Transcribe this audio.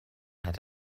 hat